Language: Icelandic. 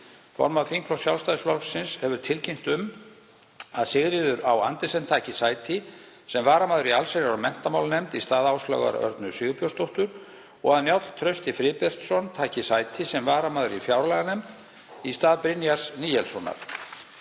Formaður þingflokks Sjálfstæðisflokksins hefur tilkynnt um að Sigríður Á. Andersen taki sæti sem varamaður í allsherjar- og menntamálanefnd í stað Áslaugar Örnu Sigurbjörnsdóttur og að Njáll Trausti Friðbertsson taki sæti sem varamaður í fjárlaganefnd í stað Brynjars Níelssonar.